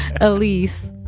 Elise